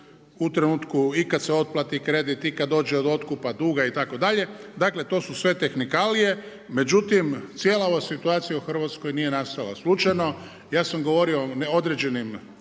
u trenutku i kada se otplati kredit i kada dođe do otkupa duga itd., dakle to su sve tehnikalije. Međutim, cijela ova situacija u Hrvatskoj nije nastala slučajno. Ja sam govorio o određenim